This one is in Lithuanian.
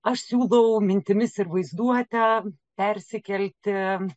aš siūlau mintimis ir vaizduote persikelti